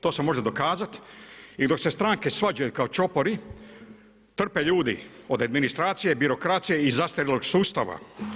To se može dokazati i dok se stranke svađaju kao čopori, trpe ljudi od administracije, birokracije i zastarjelog sustava.